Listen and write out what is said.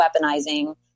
weaponizing